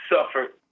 suffered